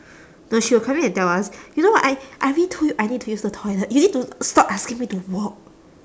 no she will come in and tell us you know what I I already told you I need to use the toilet you need to stop asking me to walk